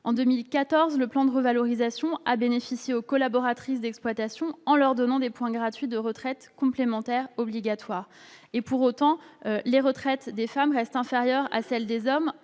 En 2014, le plan de revalorisation a bénéficié aux collaboratrices d'exploitation en leur donnant des points gratuits de retraite complémentaire obligatoire. Pour autant, les retraites des femmes restent inférieures à celles des hommes,